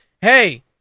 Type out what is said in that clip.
hey